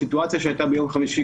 הסיטואציה שהייתה ביום חמישי,